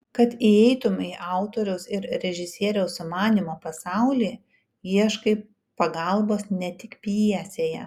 kad įeitumei į autoriaus ir režisieriaus sumanymo pasaulį ieškai pagalbos ne tik pjesėje